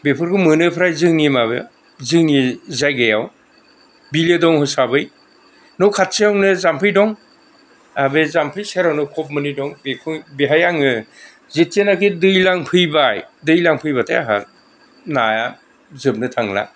बेफोरखौ मोनो फ्राय जोंनि माबायाव जोंनि जायगायाव बिलो दं हिसाबै न' खाथियावनो जामफै दं आहा बे जामफै सेरावनो खब मोननै दं बेहाय आङो जेथिनाखि दैज्लां फैबाय दैज्लां फैबाथाय आंहा नाया जोबनो थांला